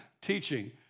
teaching